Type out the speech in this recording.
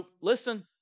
listen